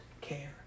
care